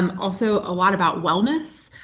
um also a lot about wellness.